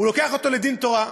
הוא לוקח אותו לדין תורה,